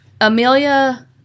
Amelia